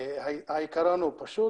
העיקרון הוא פשוט.